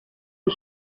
and